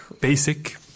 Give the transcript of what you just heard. Basic